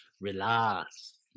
relax